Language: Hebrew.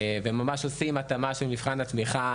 וממש עושים התאמה של מבחן התמיכה,